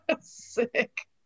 sick